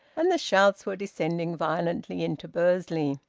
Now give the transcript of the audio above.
and the shouts were descending violently into bursley.